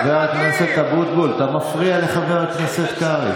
חבר הכנסת אבוטבול, אתה מפריע לחבר הכנסת קרעי.